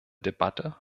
debatte